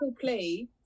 play